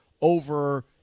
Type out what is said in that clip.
over